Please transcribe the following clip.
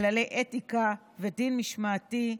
כללי אתיקה ודין משמעתי,